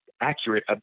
accurate